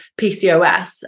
PCOS